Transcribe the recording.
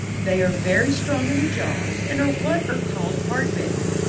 they are very strong in the jaws, and are what are called hard-bitten.